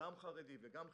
וגם חרדי וגם חילוני,